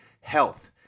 health